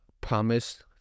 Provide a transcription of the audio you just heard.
promise